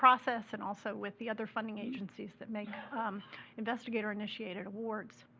process, and also with the other funding agencies that make investigator-initiated awards.